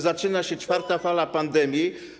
Zaczyna się czwarta fala pandemii.